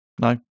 No